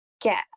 get